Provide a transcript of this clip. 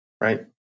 right